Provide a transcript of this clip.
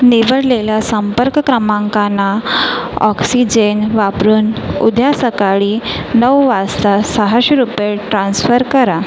निवडलेल्या संपर्क क्रमांकांना ऑक्सिजेन वापरून उद्या सकाळी नऊ वाजता सहाशे रुपये ट्रान्स्फर करा